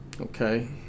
Okay